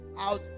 out